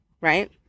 right